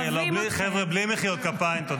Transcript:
אוהבים אתכם.